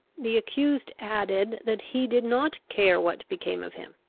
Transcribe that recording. the accused added, that he did not care what became of him.